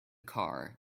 car